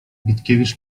witkiewicz